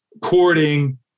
courting